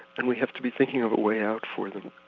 and we have to be thinking of a way out for them,